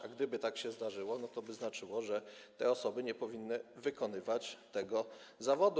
A gdyby tak się zdarzyło, toby znaczyło, że te osoby nie powinny wykonywać tego zawodu.